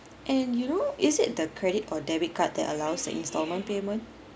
and you know is it the credit or debit card that allows the instalment payment